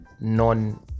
non